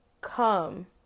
come